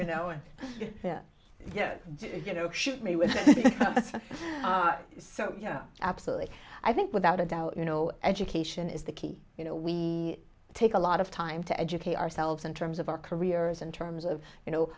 you know it you know shoot me with so you know absolutely i think without a doubt you know education is the key you know we take a lot of time to educate ourselves in terms of our careers in terms of you know